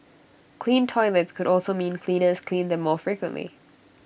clean toilets could also mean cleaners clean them more frequently